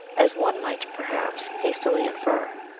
as one might perhaps hastily infer.